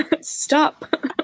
stop